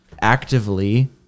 actively